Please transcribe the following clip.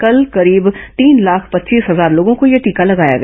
कल करीब तीन लाख पच्चीस हजार लोगों को यह टीका लगाया गया